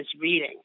reading